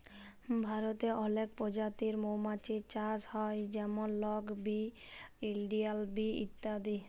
ভারতে অলেক পজাতির মমাছির চাষ হ্যয় যেমল রক বি, ইলডিয়াল বি ইত্যাদি